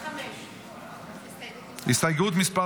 הסתייגות מס'